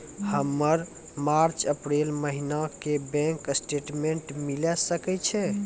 हमर मार्च अप्रैल महीना के बैंक स्टेटमेंट मिले सकय छै?